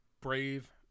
brave